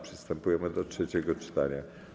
Przystępujemy do trzeciego czytania.